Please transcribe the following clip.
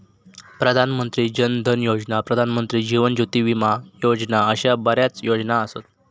प्रधान मंत्री जन धन योजना, प्रधानमंत्री जीवन ज्योती विमा योजना अशा बऱ्याच योजना असत